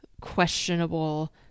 questionable